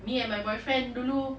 me and my boyfriend dulu